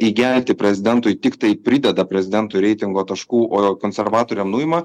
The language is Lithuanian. įgelti prezidentui tiktai prideda prezidentui reitingo taškų o konservatoriam nuima